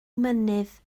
mynydd